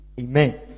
Amen